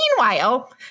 meanwhile